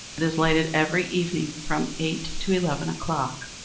it is lighted every evening from eight to eleven o'clock.